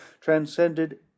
transcended